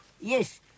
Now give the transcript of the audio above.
Yes